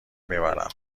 میبرم